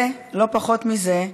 ולא פחות מזה,